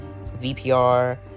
VPR